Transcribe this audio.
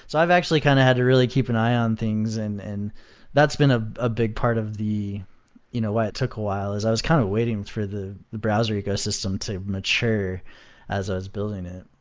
so i've actually kind of had to really keep an eye on things, and and that's been ah a big part of the you know why it took a while, is i was kind of waiting for the browser ecosystem to mature as i was building it.